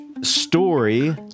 Story